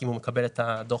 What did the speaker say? יש סמכות לקבוע סכום נמוך